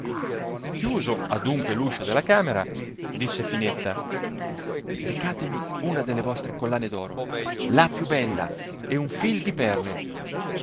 chiuso adunque l'uscio della camera disse finetta recatemi una delle vostre collane d'oro e la più bella e un fil di perle